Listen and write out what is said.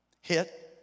Hit